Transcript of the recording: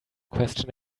question